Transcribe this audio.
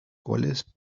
cuales